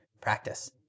practice